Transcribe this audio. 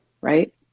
right